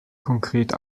konkret